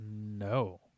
No